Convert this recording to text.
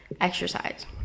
exercise